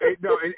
no